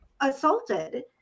assaulted